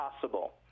possible